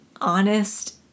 honest